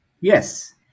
Yes